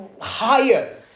higher